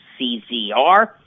CZR